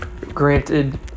Granted